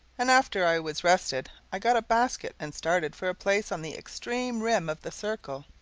and after i was rested i got a basket and started for a place on the extreme rim of the circle,